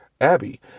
Abby